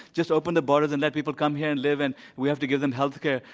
just open the borders and let people come here, and live, and we have to give them health care.